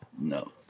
No